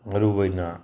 ꯃꯔꯨ ꯑꯣꯏꯅ